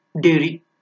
Dairy